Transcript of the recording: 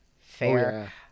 Fair